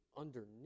underneath